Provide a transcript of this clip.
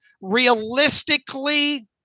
Realistically